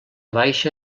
baixa